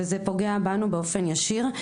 וזה פוגע בנו באופן ישיר.